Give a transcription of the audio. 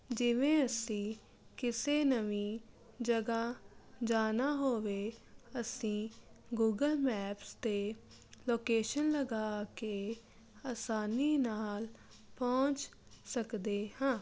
ਜਿਵੇਂ ਅਸੀਂ ਕਿਸੇ ਨਵੀਂ ਜਗ੍ਹਾ ਜਾਣਾ ਹੋਵੇ ਅਸੀਂ ਗੂਗਲ ਮੈਪਸ 'ਤੇ ਲੋਕੇਸ਼ਨ ਲਗਾ ਕੇ ਆਸਾਨੀ ਨਾਲ ਪਹੁੰਚ ਸਕਦੇ ਹਾਂ